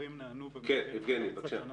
דברים נענו --- יבגני, בבקשה.